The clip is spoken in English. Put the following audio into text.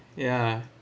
ya